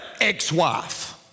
ex-wife